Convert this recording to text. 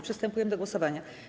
Przystępujemy do głosowania.